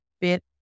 bit